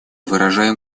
выражаем